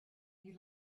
you